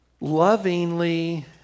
lovingly